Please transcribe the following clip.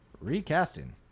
recasting